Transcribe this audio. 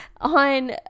on